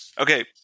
Okay